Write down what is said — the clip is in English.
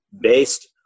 based